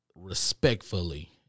respectfully